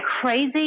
crazy